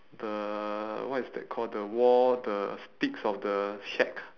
the what is that called the wall the sticks of the shack